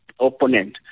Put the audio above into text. opponent